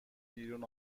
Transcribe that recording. بیرون